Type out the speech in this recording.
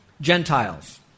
Gentiles